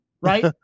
right